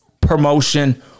promotion